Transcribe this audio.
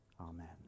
Amen